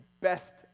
best